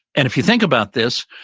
and if you think about this,